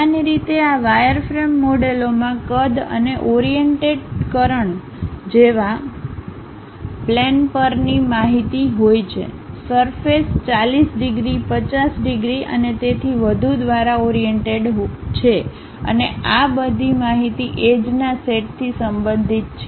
સામાન્ય રીતે આ વાયરફ્રેમ મોડેલોમાં કદ અને ઓરીઅનટેડકરણ જેવા પ્લેન પરની માહિતી હોય છે સરફેસ 40 ડિગ્રી 50 ડિગ્રી અને તેથી વધુ દ્વારા ઓરીઅનટેડ છે અને આ બધી માહિતી એજ ના સેટ થી સંબંધિત છે